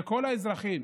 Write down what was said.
לכל האזרחים.